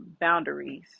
boundaries